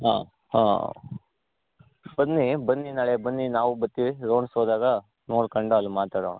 ಹಾಂ ಹಾಂ ಬನ್ನಿ ಬನ್ನಿ ನಾಳೆ ಬನ್ನಿ ನಾವು ಬರ್ತ್ತೀವಿ ರೌಂಡ್ಸ್ ಹೋದಾಗ ನೋಡ್ಕೊಂಡು ಅಲ್ಲಿ ಮಾತಡುವ